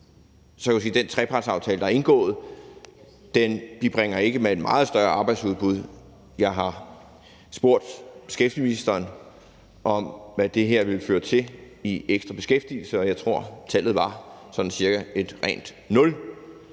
den trepartsaftale, der er indgået, ikke et meget større arbejdsudbud. Jeg har spurgt beskæftigelsesministeren om, hvad det her vil føre til af ekstra beskæftigelse, og jeg tror, at tallet var sådan cirka et rent nul